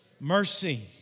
mercy